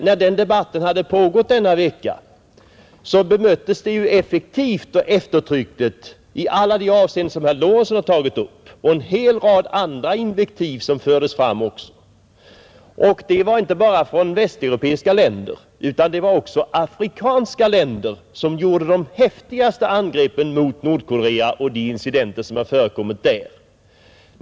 När debatten hade pågått veckan ut hade också effektivt och eftertryckligt bemötts alla de argument herr Lorentzon tagit upp, liksom en hel rad andra invektiv som framförts, Det var inte bara från västeuropeiska länder, Det var afrikanska länder som gjorde de häftigaste angreppen mot Nordkorea och de incidenter som förekommit där.